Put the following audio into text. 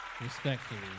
respectfully